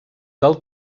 del